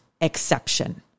exception